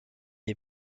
est